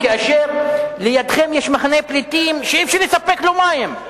כאשר לידכם יש מחנה פליטים שאי-אפשר לספק לו מים.